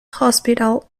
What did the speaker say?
hospital